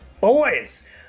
boys